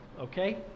okay